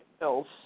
else